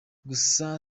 gusa